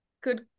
good